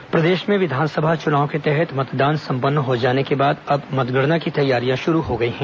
मतगणना प्रशिक्षण प्रदेश में विधानसभा चुनाव के तहत मतदान संपन्न हो जाने के बाद अब मतगणना की तैयारियाँ शुरू हो गई हैं